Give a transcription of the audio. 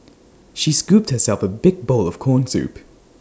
she scooped herself A big bowl of Corn Soup